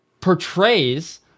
portrays